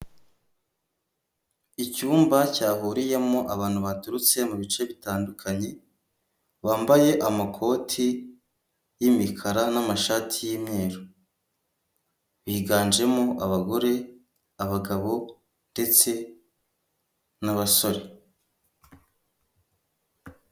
Icyumba cyahuriyemo abantu baturutse mu bice bitandukanye, bambaye amakoti y'imikara n'amashati y'imyeru, biganjemo abagore, abagabo ndetse n'abasore.